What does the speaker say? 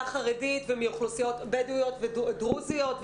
החרדית ומאוכלוסיות בדואיות ודרוזיות,